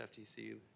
FTC